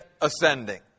ascending